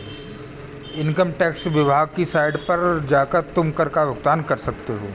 income tax विभाग की site पर जाकर तुम कर का भुगतान कर सकते हो